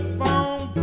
phone